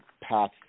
path